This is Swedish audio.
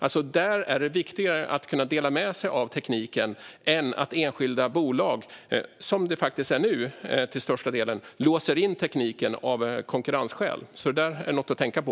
Där är det alltså viktigare att kunna dela med sig av tekniken än att enskilda bolag, så som det till största delen är nu, låser in tekniken av konkurrensskäl. Det är något att tänka på.